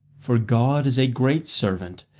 for god is a great servant,